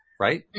Right